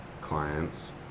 clients